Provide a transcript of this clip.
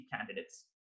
candidates